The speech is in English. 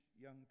young